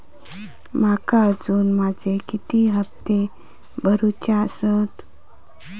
माका अजून माझे किती हप्ते भरूचे आसत?